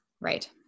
Right